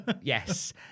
Yes